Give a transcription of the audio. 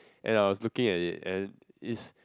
and I was looking at it and it's